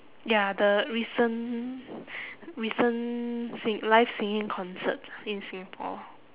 ya the recent recent sing~ live singing concert in singapore